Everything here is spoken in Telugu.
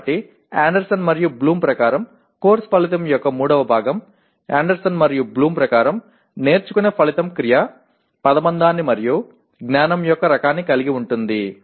కాబట్టి అండర్సన్ మరియు బ్లూమ్ ప్రకారం కోర్సు ఫలితం యొక్క మూడవ భాగం అండర్సన్ మరియు బ్లూమ్ ప్రకారం నేర్చుకునే ఫలితం క్రియ పదబంధాన్ని మరియు జ్ఞానం యొక్క రకాన్ని కలిగి ఉంటుంది